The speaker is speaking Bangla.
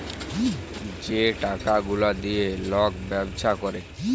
যে টাকা গুলা দিঁয়ে লক ব্যবছা ক্যরে